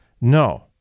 No